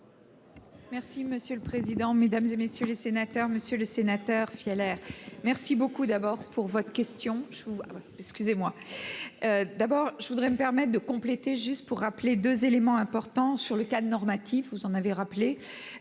Merci monsieur le président, Mesdames, et messieurs les sénateurs, Monsieur le Sénateur fiel air merci beaucoup. D'abord pour votre question je. Excusez-moi. D'abord je voudrais me permettent de compléter. Juste pour rappeler 2 éléments importants sur le cadre normatif, vous en avez rappelé.